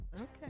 Okay